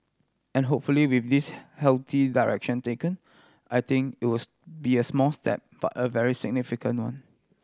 and hopefully with this healthy direction taken I think it was be a small step but a very significant one